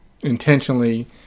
intentionally